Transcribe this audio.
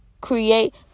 create